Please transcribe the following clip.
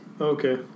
Okay